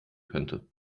könnte